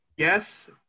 Yes